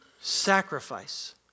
sacrifice